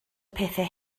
pethau